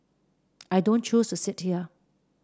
I don't choose to sit here